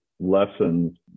lessons